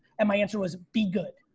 and my answer was be good.